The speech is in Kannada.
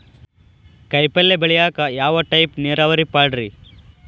ಕಾಯಿಪಲ್ಯ ಬೆಳಿಯಾಕ ಯಾವ ಟೈಪ್ ನೇರಾವರಿ ಪಾಡ್ರೇ?